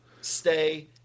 stay